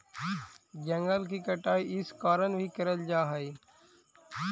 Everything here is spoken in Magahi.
जंगल की कटाई इस कारण भी करल जा हई